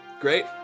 Great